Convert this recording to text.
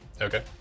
okay